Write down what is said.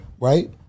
Right